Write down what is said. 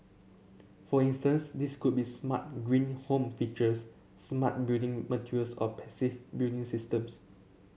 for instance these could be smart green home features smart building materials or passive building systems